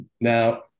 Now